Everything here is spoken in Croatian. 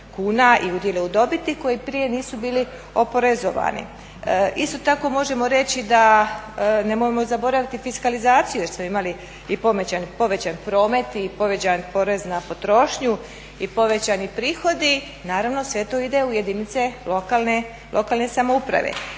i udjele u dobiti koji prije nisu bili oporezovani. Isto tako možemo reći da nemojmo zaboraviti fiskalizaciju jer smo imali i povećan promet i povećan porez na potrošnju i povećani prihodi, naravno sve to ide u jedinice lokalne samouprave.